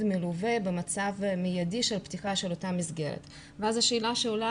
מלווה במצב מיידי בפתיחה של אותה מסגרת ואז השאלה שעולה